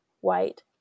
white